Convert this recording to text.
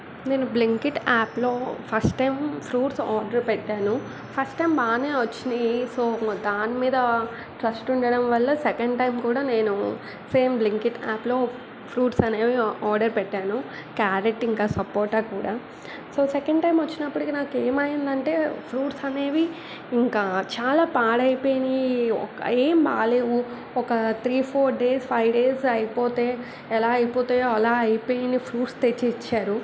నేను బ్లింకిట్ యాప్లో first time fruits order పెట్టాను ఫస్ట్ టైం బాగా వచ్చినాయి సో దాని మీద ట్రస్ట్ ఉండడం వల్ల సెకండ్ టైం కూడా నేను సేమ్ బ్లింకిట్ యాప్లో ఫ్రూట్స్ అనేవి ఆర్డర్ పెట్టాను క్యారెట్ ఇంకా సపోటా కూడా సో సెకండ్ టైం వచ్చినప్పటికి నాకు ఏమైంది అంటే ఫ్రూట్స్ అనేవి ఇంకా చాలా పాడైపోయినాయి ఒక్ ఏమి బాగలేవు ఒక three four days five days అయిపోతే ఎలా అయిపోతాయో అలా అయిపోయిన ఫ్రూట్స్ తెచ్చి ఇచ్చారు